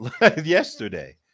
yesterday